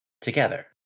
together